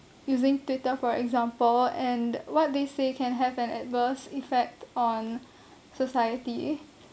using twitter for example and what they say can have an adverse effect on society